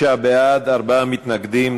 26 בעד, ארבעה מתנגדים.